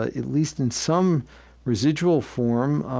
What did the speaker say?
ah at least in some residual form,